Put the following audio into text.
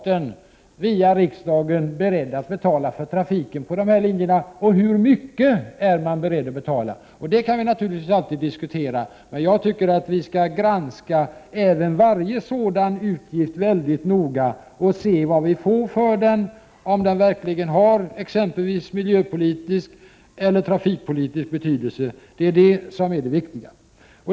1988/89:30 riksdagen är beredd att betala för trafiken på dessa linjer och i så fall hur 23 november 1988 mycket. Det kan vi naturligtvis alltid diskutera. Jag tycker att viskallgranska TJ oo varje sådan utgift mycket noga och se vad vi får för den och om den verkligen har t.ex. en miljöpolitisk eller trafikpolitisk betydelse. Det är det som är det viktiga.